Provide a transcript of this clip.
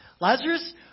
Lazarus